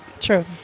true